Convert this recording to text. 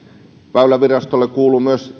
väylävirastolle kuuluvat myös